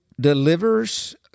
delivers